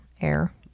air